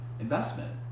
investment